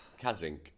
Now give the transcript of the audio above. Kazink